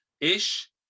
ish